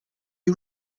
you